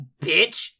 Bitch